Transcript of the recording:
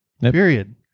Period